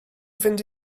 fynd